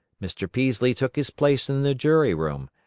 mr. peaslee took his place in the jury-room,